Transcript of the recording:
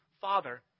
father